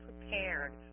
prepared